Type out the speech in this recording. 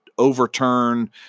overturn